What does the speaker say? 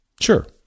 Sure